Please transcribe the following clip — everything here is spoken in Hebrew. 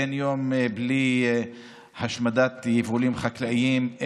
אין יום בלי השמדת יבולים חקלאיים,